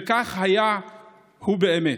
וכך היה הוא באמת.